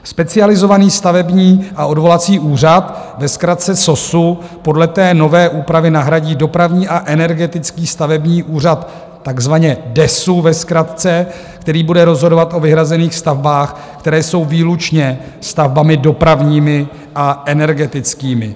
Specializovaný stavební a odvolací úřad, ve zkratce SOSÚ, podle nové úpravy nahradí Dopravní a energetický stavební úřad, takzvaně DESÚ ve zkratce, který bude rozhodovat o vyhrazených stavbách, které jsou výlučně stavbami dopravními a energetickými.